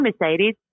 Mercedes